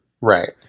Right